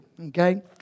Okay